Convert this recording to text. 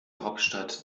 hauptstadt